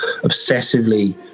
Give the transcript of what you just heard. obsessively